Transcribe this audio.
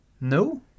No